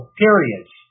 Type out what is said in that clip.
periods